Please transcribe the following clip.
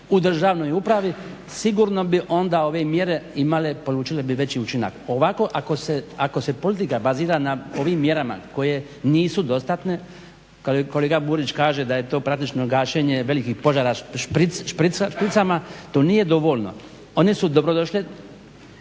u državnoj upravi sigurno bi onda ove mjere imale, polučile bi veći učinak. Ovako ako se politika bazira na ovim mjerama koje nisu dostatne, kolega Burić kaže da je to praktično gašenje velikih požara špricama, to nije dovoljno. One su dobrodošle,